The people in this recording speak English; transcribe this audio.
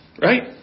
Right